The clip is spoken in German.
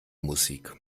musik